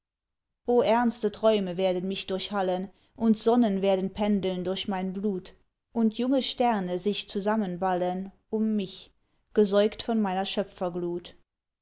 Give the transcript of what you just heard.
o ernste träume werden mich durchhallen und sonnen werden pendeln durch mein blut und junge sterne sich zusammenballen um mich gesäugt von meiner